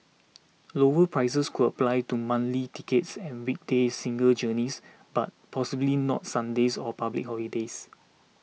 lower prices could apply to monthly tickets and weekday single journeys but possibly not Sundays or public holidays